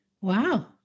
Wow